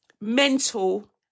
mental